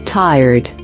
tired